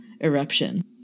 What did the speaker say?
eruption